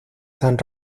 san